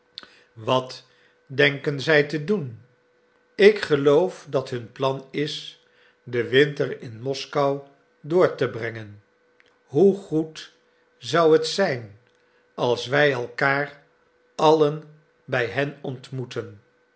wat denken zij te doen ik geloof dat hun plan is den winter in moskou door te brengen hoe goed zou het zijn als wij elkaar allen bij hen ontmoetten